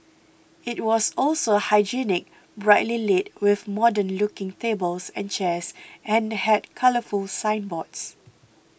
it was also hygienic brightly lit with modern looking tables and chairs and had colourful signboards